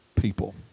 people